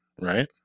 right